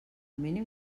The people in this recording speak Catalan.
mínim